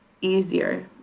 easier